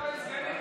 אני לא נעלב.